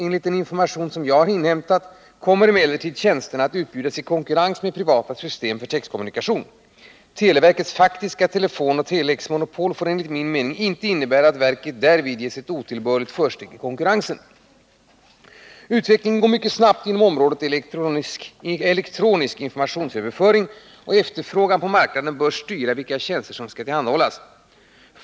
Enligt den information som jag inhämtat kommer emellertid tjänsterna att utbjudas i konkurrens med privata system för textkommunikation. Televerkets faktiska telefonoch telexmonopol får enligt min mening inte innebära att verket därvid ges ett otillbörligt försteg i konkurrensen. Utvecklingen går mycket snabbt inom området elektronisk informationsöverföring, och efterfrågan på marknaden bör styra vilka tjänster som skall tillhandahållas.